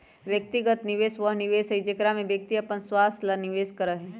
व्यक्तिगत निवेश वह निवेश हई जेकरा में व्यक्ति अपन स्वार्थ ला निवेश करा हई